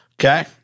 okay